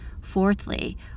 fourthly